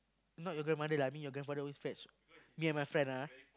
not your grandmother lah me your grandfather always fetch me and my friend ah